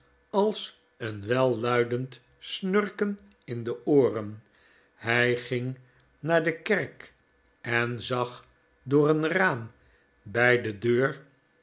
als een welluidend snurken in de ooren hij ging naar de kerk en zag door een raam bij de deur